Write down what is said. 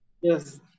Yes